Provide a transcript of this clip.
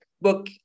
book